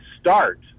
start